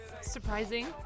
surprising